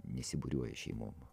nesibūriuoja šeimom